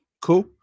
cool